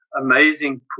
amazing